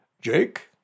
Jake